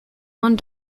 one